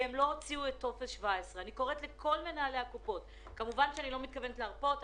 הן לא הוציאו טופס 17. אני לא מתכוונת להרפות,